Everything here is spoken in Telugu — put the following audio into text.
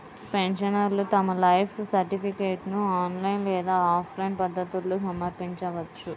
పెన్షనర్లు తమ లైఫ్ సర్టిఫికేట్ను ఆన్లైన్ లేదా ఆఫ్లైన్ పద్ధతుల్లో సమర్పించవచ్చు